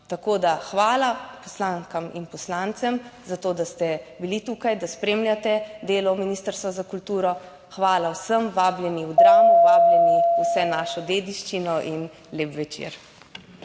Tako, da hvala poslankam in poslancem za to, da ste bili tukaj, da spremljate delo Ministrstva za kulturo, hvala vsem, vabljeni v Dramo, / znak za konec razprave/ vabljeni v vso našo dediščino in lep večer.